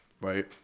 Right